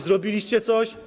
Zrobiliście coś?